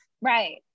right